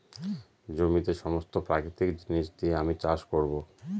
জমিতে সমস্ত প্রাকৃতিক জিনিস দিয়ে আমি চাষ করবো